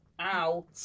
Ow